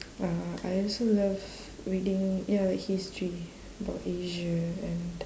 well I also love reading ya like history about asia and